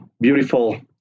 beautiful